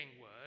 word